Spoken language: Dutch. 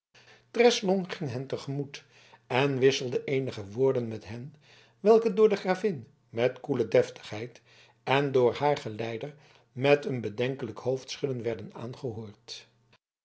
ging hen te gemoet en wisselde eenige woorden met hen welke door de gravin met koele deftigheid en door haar geleider met een bedenkelijk hoofdschudden werden aangehoord